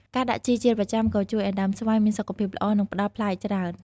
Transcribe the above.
ការដាក់ជីជាប្រចាំក៏ជួយឲ្យដើមស្វាយមានសុខភាពល្អ និងផ្ដល់ផ្លែច្រើន។